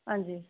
ਹਾਂਜੀ